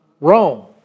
Rome